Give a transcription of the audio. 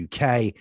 UK